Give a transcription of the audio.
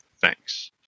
thanks